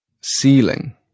Ceiling